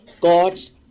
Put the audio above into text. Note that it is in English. God's